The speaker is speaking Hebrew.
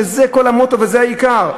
כשזה כל המוטו וזה העיקר.